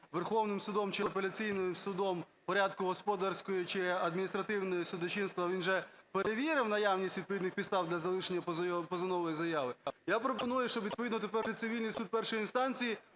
Верховним Судом чи апеляційним судом в порядку господарського чи адміністративного судочинства, він вже перевірив наявність відповідних підстав для залишення позивної заяви, я пропоную, щоб відповідно тепер і цивільний суд першої інстанції